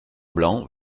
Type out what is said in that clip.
blanc